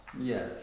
Yes